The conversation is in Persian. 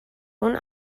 اون